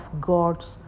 God's